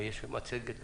מהתכנית הראשונה,